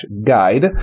guide